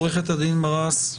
עורכת הדין ברס,